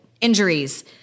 injuries